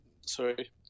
sorry